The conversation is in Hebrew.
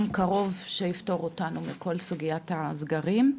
קרוב שיפתור אותנו מכל סוגיית הסגרים.